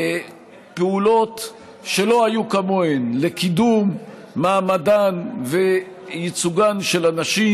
פעולות שלא היו כמוהן לקידום מעמדן וייצוגן של הנשים,